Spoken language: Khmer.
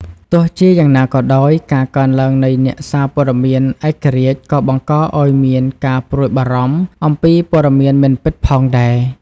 ទោះជាយ៉ាងណាក៏ដោយ ការកើនឡើងនៃអ្នកសារព័ត៌មានឯករាជ្យក៏បង្កឱ្យមានការព្រួយបារម្ភអំពីព័ត៌មានមិនពិតផងដែរ។